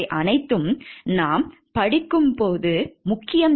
இவை அனைத்தும் நாம் படிப்பது போது முக்கியம்